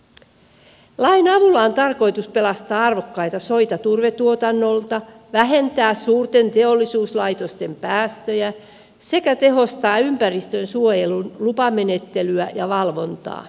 lain avulla on tarkoitus pelastaa arvokkaita soita turvetuotannolta vähentää suurten teollisuuslaitosten päästöjä sekä tehostaa ympäristönsuojelun lupamenettelyä ja valvontaa